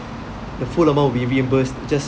the full amount will be reimbursed just